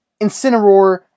Incineroar